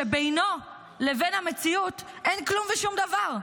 שבינו לבין המציאות אין כלום ושום דבר,